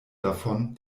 davon